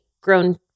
grown